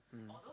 mm